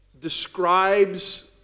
describes